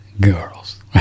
girls